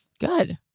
good